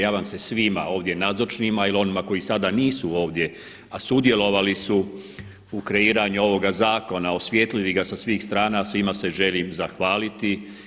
Ja vam se svima ovdje nazočnima ili onima koji sada nisu ovdje a sudjelovali su u kreiranju ovoga zakona, osvijetlili ga sa svih strana, svima se želim zahvaliti.